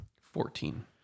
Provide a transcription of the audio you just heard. fourteen